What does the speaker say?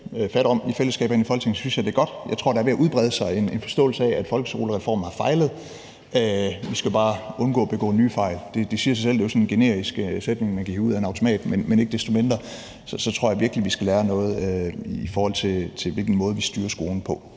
Jeg tror, der er ved at brede sig en forståelse af, at folkeskolereformen har fejlet. Vi skal bare undgå at begå nye fejl. Det siger sig selv. Det er jo sådan en generisk sætning, man kan hive ud af en automat, men ikke desto mindre tror jeg virkelig, vi skal lære noget, i forhold til den måde vi styrer skolen på.